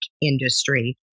industry